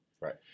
Right